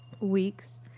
weeks